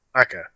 okay